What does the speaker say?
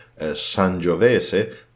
Sangiovese